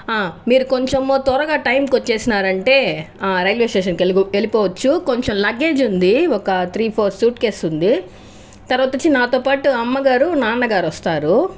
ఆ మీరు కొంచెం త్వరగా టైం వచ్చినారంటే ఆ రైల్వే స్టేషన్కి వెళ్ళి వెళ్ళి పోవచ్చు కొంచెం లగేజ్ ఉంది ఒక త్రీ ఫోర్ సూట్కేస్ ఉంది తర్వాత వచ్చి నాతో పాటు అమ్మగారు నాన్నగారు వస్తారు